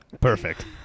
Perfect